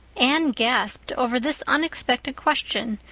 anne gasped over this unexpected question,